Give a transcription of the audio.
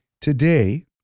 Today